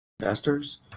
investors